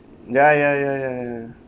ya ya ya ya ya